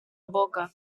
boga